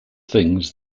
things